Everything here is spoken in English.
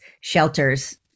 shelters